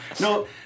No